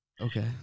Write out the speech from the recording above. Okay